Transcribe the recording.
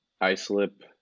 Islip